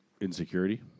Insecurity